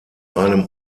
einem